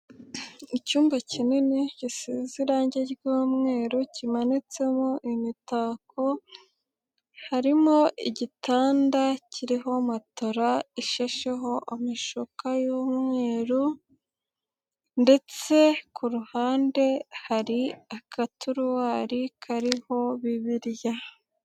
Icyumba kinini gisize irange ry'umweru kimanitsemo imitako harimo igitanda kiriho matora ishasheho amashuka y'umweru ndetse ku ruhande hari agaturuwari kariho Bibiliya.